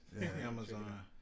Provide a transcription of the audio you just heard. Amazon